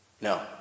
No